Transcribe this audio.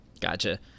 Gotcha